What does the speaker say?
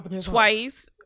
twice